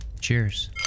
Cheers